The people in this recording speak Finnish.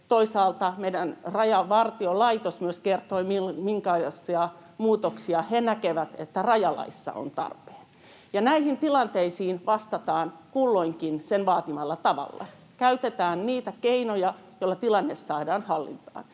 Toisaalta myös meidän Rajavartiolaitos kertoi, minkälaisille muutoksille he näkevät rajalaissa tarpeen. Näihin tilanteisiin vastataan kulloinkin niiden vaatimalla tavalla. Käytetään niitä keinoja, joilla tilanne saadaan hallintaan.